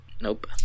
Nope